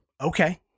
Okay